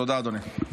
תודה, אדוני.